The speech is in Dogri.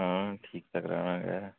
आं ठीक कराना गै